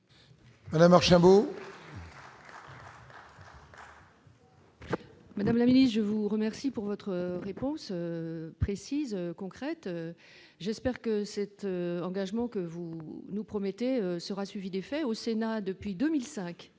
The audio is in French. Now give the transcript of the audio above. Madame la ville, je vous remercie pour votre réponse précise, concrète, j'espère que cette engagement que vous nous promettez sera suivi d'effet au Sénat depuis 2005,